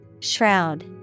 Shroud